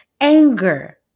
anger